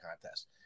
contest